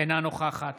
אינה נוכחת